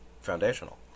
foundational